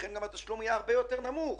התשלום אז היה הרבה יותר נמוך.